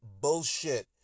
Bullshit